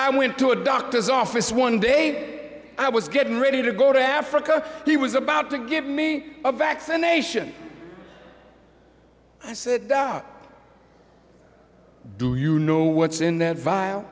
i went to a doctor's office one day i was getting ready to go to africa he was about to give me a vaccination i said doc do you know what's in that vile